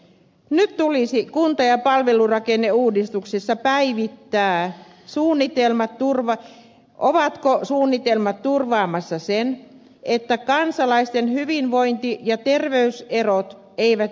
nyt tulisi kunta ja palvelurakenneuudistuksessa päivittää ovatko suunnitelmat turvaamassa sen että kansalaisten hyvinvointi ja terveyserot eivät enää kasva